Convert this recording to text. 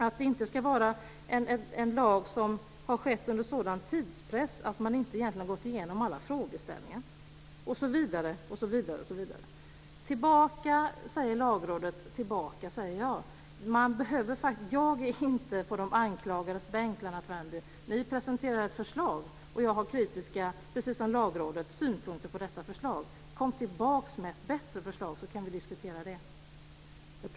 Det ska inte vara en lag som har beretts under en sådan tidspress att man egentligen inte har gått igen alla frågeställningar, osv. Förslaget ska gå tillbaka, säger Lagrådet, och det säger också jag. Jag är inte på de anklagades bänk, Lennart Värmby. Ni presenterar ett förslag, och jag har precis som Lagrådet kritiska synpunkter på detta förslag. Kom tillbaka med ett bättre förslag så kan vi diskutera det.